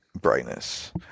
brightness